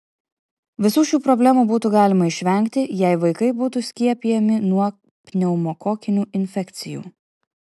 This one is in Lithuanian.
visų šių problemų būtų galima išvengti jei vaikai būtų skiepijami nuo pneumokokinių infekcijų